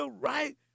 right